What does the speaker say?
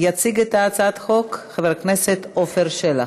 יציג את הצעת החוק חבר הכנסת עפר שלח.